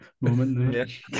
moment